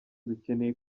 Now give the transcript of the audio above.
dukeneye